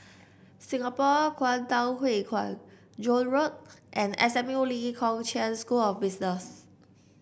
Singapore Kwangtung Hui Kuan Joan Road and S M U Lee Kong Chian School of Business